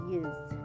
use